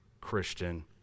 Christian